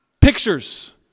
Pictures